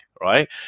right